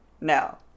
No